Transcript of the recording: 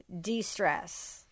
de-stress